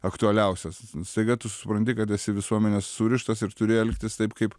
aktualiausias staiga tu supranti kad esi visuomenės surištas ir turi elgtis taip kaip